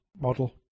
model